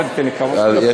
הפריעו לי.